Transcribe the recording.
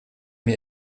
mir